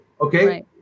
okay